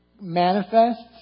manifests